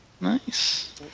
nice